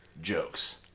jokes